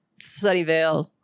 Sunnyvale